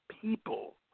people